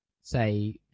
say